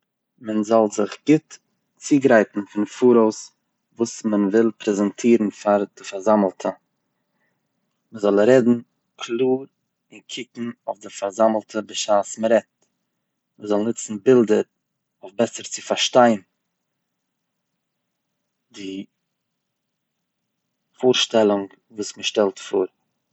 מען זאל זיך גוט צוגרייטן פון פאראויס וואס מען וויל פרעזענטירן פאר די פארזאמלטע, מען זאל רעדן קלאר און קוקן אויף די פארזאמלטע בשעת מ'רעדט, מ'זאל נוצן בילדער בעסער צו פארשטיין די פארשטעלונג וואס מ'שטעלט פאר.